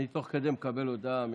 אני תוך כדי מקבל הודעה מאחד,